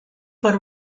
por